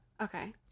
Okay